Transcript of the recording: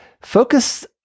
focus